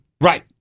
Right